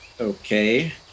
Okay